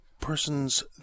persons